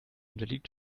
unterliegt